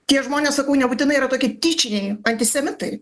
tie žmonės sakau nebūtinai yra tokie tyčiniai antisemitai